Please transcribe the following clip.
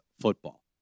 football